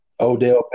Odell